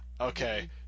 okay